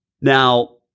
Now